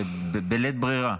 בלית ברירה.